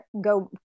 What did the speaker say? go